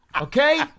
Okay